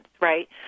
right